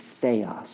Theos